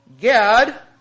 Gad